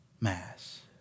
mass